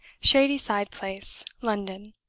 shadyside place, london.